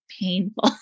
painful